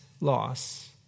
loss